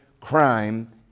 crime